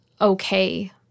okay